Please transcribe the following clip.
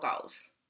goals